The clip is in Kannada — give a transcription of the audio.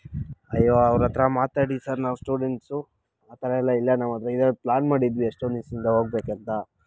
ಅಯ್ಯೋ ಅವರ ಹತ್ರ ಮಾತಾಡಿ ಸರ್ ನಾವು ಸ್ಟೂಡೆಂಟ್ಸು ಆ ಥರ ಎಲ್ಲ ಇಲ್ಲ ನಾವು ಪ್ಲ್ಯಾನ್ ಮಾಡಿದ್ವಿ ಎಷ್ಟೋ ದಿವಸ್ದಿಂದ ಹೋಗ್ಬೇಕು ಅಂತ